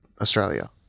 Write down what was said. Australia